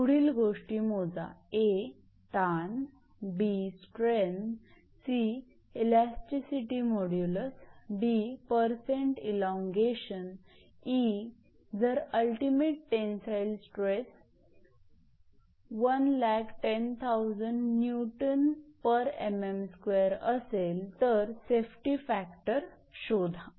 पुढील गोष्टी मोजा ताण strain elasticity modulus percent elongation जर अल्टिमेट टेनसाईल स्ट्रेस 110000 𝑁𝑚𝑚2 असेल तर सेफ्टी फॅक्टर शोधा